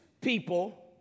people